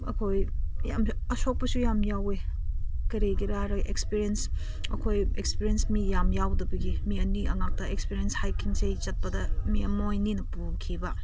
ꯑꯩꯈꯣꯏ ꯌꯥꯝ ꯑꯁꯣꯛꯄꯁꯨ ꯌꯥꯝ ꯌꯥꯎꯋꯦ ꯀꯔꯤꯒꯤꯔ ꯍꯥꯏꯔꯒ ꯑꯦꯛꯁꯄꯔꯤꯌꯦꯟꯁ ꯑꯩꯈꯣꯏ ꯑꯦꯛꯁꯄꯔꯤꯌꯦꯟꯁ ꯃꯤ ꯌꯥꯝ ꯌꯥꯎꯗꯕꯒꯤ ꯃꯤ ꯑꯅꯤ ꯉꯥꯛꯇ ꯑꯦꯛꯁꯄꯔꯤꯌꯦꯟꯁ ꯍꯥꯏꯀꯤꯡꯁꯦ ꯆꯠꯄꯗ ꯃꯤ ꯃꯣꯏ ꯑꯅꯤꯅ ꯄꯨꯈꯤꯕ